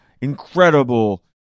incredible